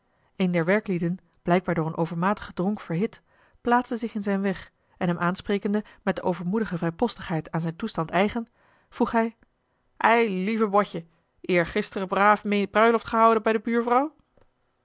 een der werklieden blijkbaar door een overmatigen dronk verhit plaatste zich in zijn weg en hem aansprekende met de overmoedige vrijpostigheid aan zijn toestand eigen vroeg hij eilieve bootje eergisteren braaf meê bruiloft gehouden bij de buurvrouw